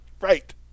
Right